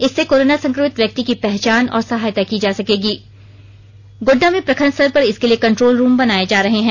इससे कोरोना संक्रमित व्यक्ति की पहचान और सहायता की जा सकेगी गोड्डा में प्रखंड स्तर पर इसके लिए कंट्रोल रूम बनाए जा रहे हैं